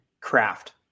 craft